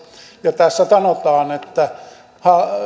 ja tässä sanotaan että